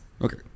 okay